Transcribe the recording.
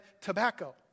tobacco